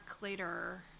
later